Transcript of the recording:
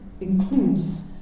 includes